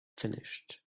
finished